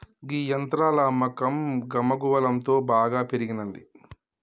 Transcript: గీ యంత్రాల అమ్మకం గమగువలంతో బాగా పెరిగినంది